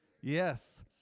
Yes